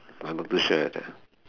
I not too sure